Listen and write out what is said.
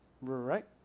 right